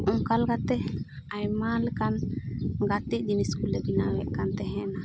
ᱚᱱᱠᱟ ᱞᱮᱠᱟᱛᱮ ᱟᱭᱢᱟ ᱞᱮᱠᱟᱱ ᱜᱟᱛᱮᱜ ᱡᱤᱱᱤᱥ ᱠᱚᱞᱮ ᱵᱮᱱᱟᱣᱮᱫ ᱠᱟᱱ ᱛᱟᱦᱮᱱᱟ